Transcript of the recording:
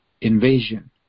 invasion